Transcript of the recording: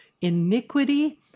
iniquity